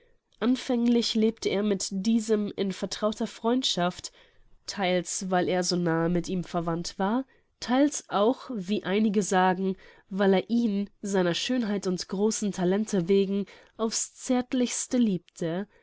anfänglich lebte er mit diesem in vertrauter freundschaft theils weil er so nahe mit ihm verwandt war theils auch wie einige sagen weil er ihn seiner schönheit und großen talente wegen auf's zärtlichste liebte